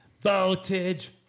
voltage